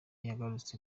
yagarutse